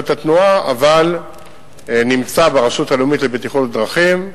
התנועה אבל נמצא ברשות הלאומית לבטיחות בדרכים.